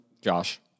Josh